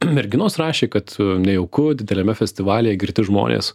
merginos rašė kad nejauku dideliame festivalyje girti žmonės